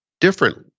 different